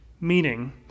Meaning